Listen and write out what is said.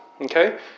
Okay